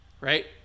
right